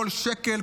כל שקל,